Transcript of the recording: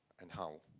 and how.